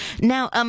Now